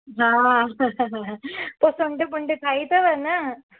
हा हा पोइ सम्झो कुंड खाई अथव न